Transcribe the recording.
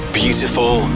beautiful